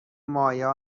مایا